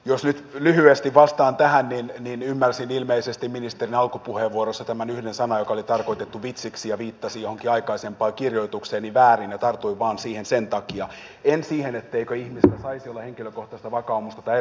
jos nyt lyhyesti vastaan tähän niin ymmärsin ilmeisesti ministerin alkupuheenvuorossa tämän yhden sanan joka oli tarkoitettu vitsiksi ja viittasi johonkin aikaisempaan kirjoitukseeni väärin ja tartuin siihen vain sen takia en siksi etteikö ihmisillä saisi olla henkilökohtaista vakaumusta tai erilaisia mielipiteitä